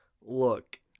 Look